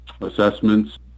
assessments